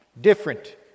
different